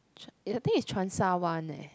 I think is Cheung Sha Wan eh